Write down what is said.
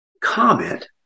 comment